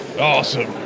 Awesome